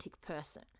person